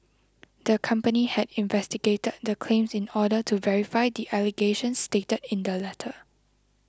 the company had investigated the claims in order to verify the allegations stated in the letter